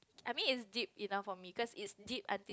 I mean is deep enough for me cause is deep until